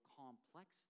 complex